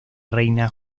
reina